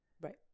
Right